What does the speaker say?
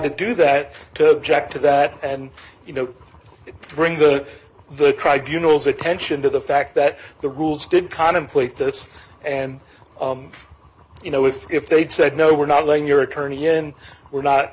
to do that to check to that and you know bring the the tribunals attention to the fact that the rules did contemplate this and you know if they'd said no we're not playing your attorney and we're not